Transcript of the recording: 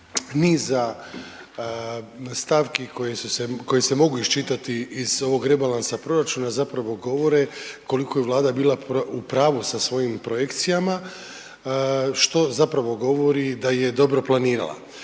koje su se, koje se mogu iščitati iz ovog rebalansa proračuna zapravo govore koliko je Vlada bila u pravu sa svojim projekcijama što zapravo govori da ih je dobro planirala.